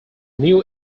new